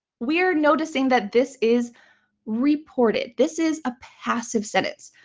we're noticing that this is reported, this is a passive sentence.